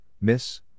miss